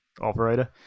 operator